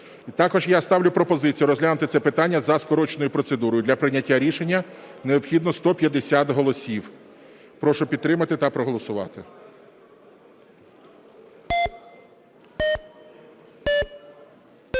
Також я ставлю пропозицію розглянути це питання за скороченою процедурою. Для прийняття рішення необхідно 150 голосів. Прошу підтримати та проголосувати.